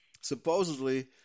supposedly